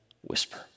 whisper